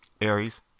Aries